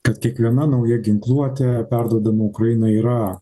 kad kiekviena nauja ginkluotė perduodama ukrainai yra